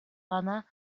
гана